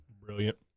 Brilliant